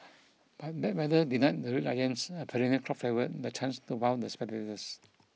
but bad weather denied the Red Lions a perennial crowd favourite the chance to wow the spectators